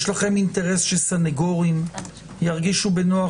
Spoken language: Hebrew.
יש לכם אינטרס שסנגורים ירגישו בנוח